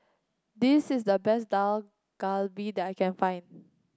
this is the best Dak Galbi that I can find